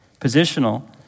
Positional